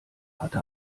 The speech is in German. hatte